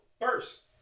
first